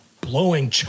blowing